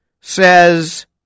says